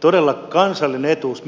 todella kansallinen etuus